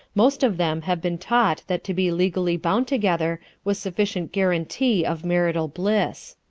most of them have been taught that to be legally bound together was sufficient guarantee of marital bliss.